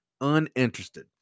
uninterested